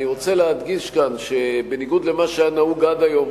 אני רוצה להדגיש כאן שבניגוד למה שהיה נהוג עד היום,